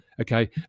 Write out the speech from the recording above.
Okay